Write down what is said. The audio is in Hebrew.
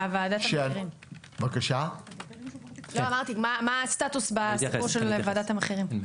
מה הסטטוס בסיפור של ועדת המחירים?